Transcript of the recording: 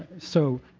so,